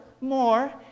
more